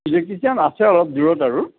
electrician আছে অলপ দূৰত আৰু